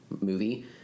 movie